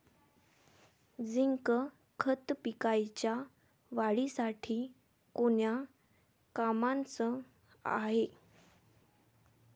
Zinc खत पिकाच्या वाढीसाठी कोन्या कामाचं हाये?